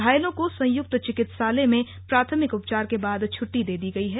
घायलों को संयुक्त चिकित्सालय में प्राथमिक उपचार के बाद छुट्टी दे दी गयी है